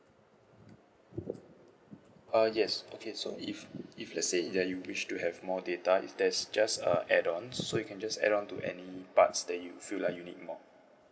uh yes okay so if if let's say that you wish to have more data if there's just a add on so you can just add on to any parts that you feel like you need more